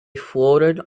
floated